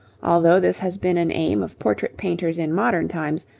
although this has been an aim of portrait-painters in modern times,